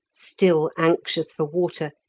still anxious for water,